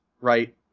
right